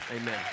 amen